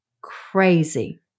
crazy